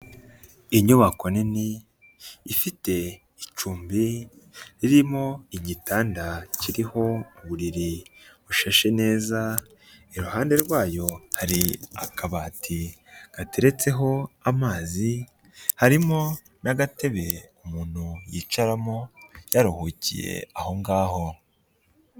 Inyubako nini ifite icumbi ririmo igitanda kiriho uburiri bushashe neza, iruhande rwayo hari akabati gateretseho amazi, harimo n'agatebe umuntu yicaramo yaruhukiye aho ngaho.